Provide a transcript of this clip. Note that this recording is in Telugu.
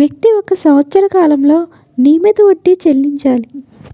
వ్యక్తి ఒక సంవత్సర కాలంలో నియమిత వడ్డీ చెల్లించాలి